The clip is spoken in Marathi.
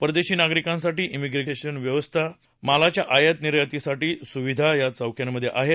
परदेशी नागरिकांसाठी शिप्रेशनव्यवस्था मालाच्या आयात निर्यातीसाठी सुविधा या चौकीमध्येआहेत